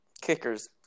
kickers